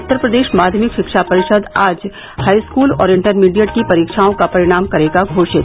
उत्तर प्रदेश माध्यमिक शिक्षा परिषद आज हाईस्कूल और इंटरमीडिएट की परीक्षाओं का परिणाम करेगा घोषित